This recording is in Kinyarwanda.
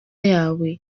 yawe